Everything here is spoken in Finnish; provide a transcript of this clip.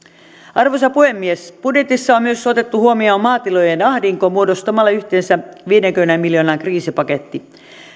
arvoisa puhemies budjetissa on otettu huomioon myös maatilojen ahdinko muodostamalla yhteensä viidenkymmenen miljoonan kriisipaketti